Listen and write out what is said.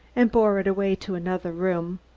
and bore it away to another room.